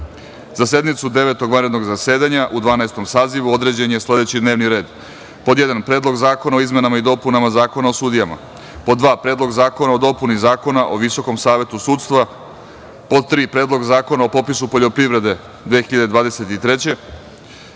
sednicu Devetog vanrednog zasedanja u Dvanaestom sazivu određen je sledećiD n e v n i r e d1. Predlog zakona o izmenama i dopunama Zakona o sudijama;2. Predlog zakona o dopuni Zakona o Visokom savetu sudstva;3. Predlog zakona o popisu poljoprivrede 2023.